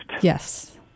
Yes